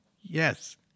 Yes